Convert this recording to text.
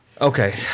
Okay